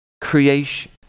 creation